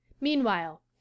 meanwhile